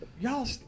y'all